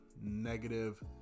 negative